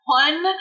one